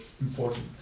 important